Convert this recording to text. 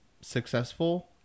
successful